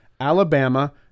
Alabama